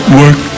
work